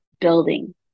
building